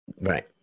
Right